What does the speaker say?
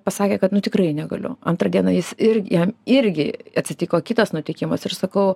pasakė kad nu tikrai negaliu antrą dieną jis ir jam irgi atsitiko kitas nutikimas ir sakau